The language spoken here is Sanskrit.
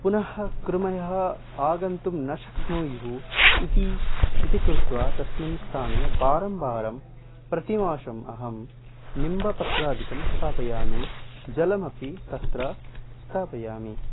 पुनः कृमयः आगन्तुम् न शक्नुयुः इति इति कृत्वा तस्मिन् स्थाने वारं वारं प्रतिमासम् अहं निम्बपत्रादिकं स्थापयामि जलमपि तत्र स्थापयामि